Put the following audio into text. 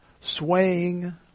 swaying